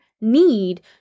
need